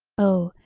oh,